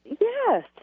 Yes